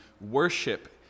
worship